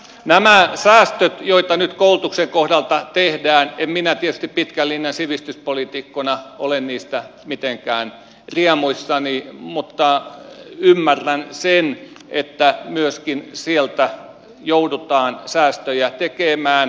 näistä säästöistä joita nyt koulutuksen kohdalta tehdään en minä tietysti pitkän linjan sivistyspoliitikkona ole mitenkään riemuissani mutta ymmärrän sen että myöskin sieltä joudutaan säästöjä tekemään